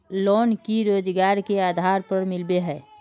Loan की रोजगार के आधार पर मिले है?